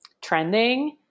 trending